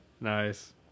Nice